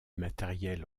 matériel